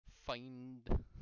find